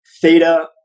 theta